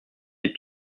des